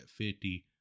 50